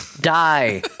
Die